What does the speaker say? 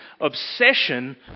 obsession